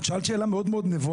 את שאלת שאלתה מאוד נבונה,